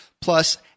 Plus